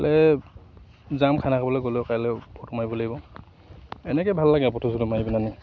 যাম খানা খাবলৈ গ'লেও কাইলৈ ফটো মাৰিব লাগিব এনেকৈ ভাল লাগে আৰু ফটো চটো মাৰি পিলাহেনি